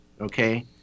okay